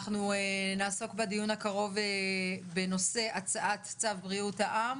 נעסוק בדיון הקרוב בנושא הצעת צו בריאות העם